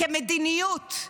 כמדיניות,